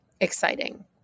exciting